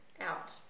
out